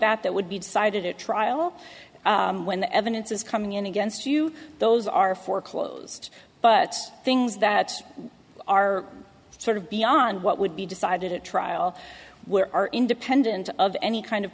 that that would be decided at trial when the evidence is coming in against you those are foreclosed but things that are sort of beyond what would be decided at trial where are independent of any kind of